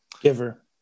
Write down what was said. Giver